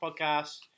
podcast